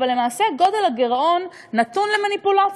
אבל למעשה גודל הגירעון נתון למניפולציות.